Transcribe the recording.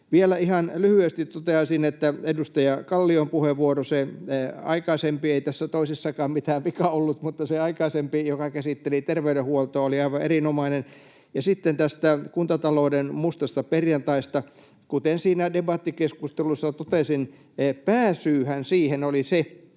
Vielä ihan lyhyesti toteaisin, että edustaja Kallion puheenvuoro, se aikaisempi — ei tässä toisessakaan mitään vikaa ollut — joka käsitteli terveydenhuoltoa, oli aivan erinomainen. Sitten tästä kuntatalouden mustasta perjantaista: Kuten siinä debattikeskustelussa totesin, pääsyyhän siihen oli se,